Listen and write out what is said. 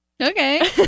Okay